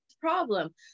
problem